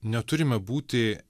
neturime būti